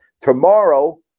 Tomorrow